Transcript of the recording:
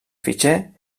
fitxer